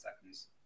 seconds